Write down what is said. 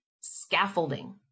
scaffolding